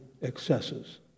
excesses